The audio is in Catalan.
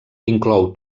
inclou